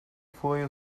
foi